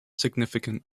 significant